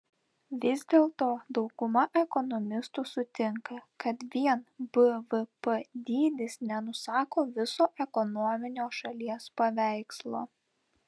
vis dėlto dauguma ekonomistų sutinka kad vien bvp dydis nenusako viso ekonominio šalies paveikslo